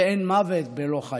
אין מוות בלא חיים.